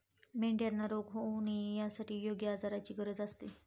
मेंढ्यांना रोग होऊ नये यासाठी योग्य आहाराची गरज असते